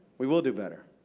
we will do better.